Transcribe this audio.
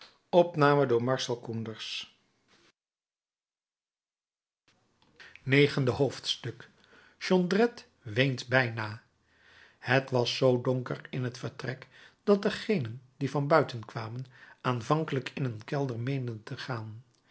negende hoofdstuk jondrette weent bijna het was zoo donker in het vertrek dat degenen die van buiten kwamen aanvankelijk in een kelder meenden te gaan